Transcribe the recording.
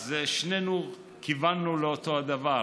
אז שנינו כיוונו לאותו הדבר.